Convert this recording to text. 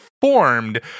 formed